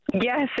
Yes